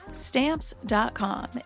Stamps.com